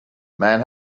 men